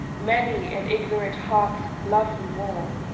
many an ignorant heart loves more!